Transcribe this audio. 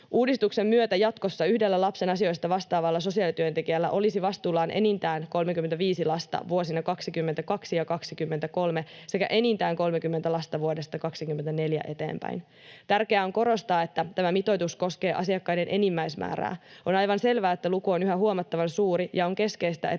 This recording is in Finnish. Uudistuksen myötä jatkossa yhdellä lapsen asioista vastaavalla sosiaalityöntekijällä olisi vastuullaan enintään 35 lasta vuosina 22 ja 23 sekä enintään 30 lasta vuodesta 24 eteenpäin. Tärkeää on korostaa, että tämä mitoitus koskee asiakkaiden enimmäismäärää. On aivan selvää, että luku on yhä huomattavan suuri, ja on keskeistä, että siitä